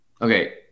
Okay